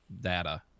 data